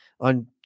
on